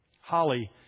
Holly